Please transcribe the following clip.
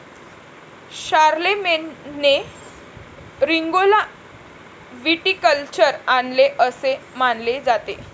शारलेमेनने रिंगौला व्हिटिकल्चर आणले असे मानले जाते